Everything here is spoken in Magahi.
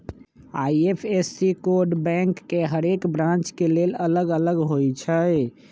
आई.एफ.एस.सी कोड बैंक के हरेक ब्रांच के लेल अलग अलग होई छै